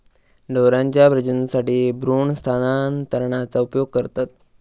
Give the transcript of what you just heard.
ढोरांच्या प्रजननासाठी भ्रूण स्थानांतरणाचा उपयोग करतत